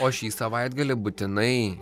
o šį savaitgalį būtinai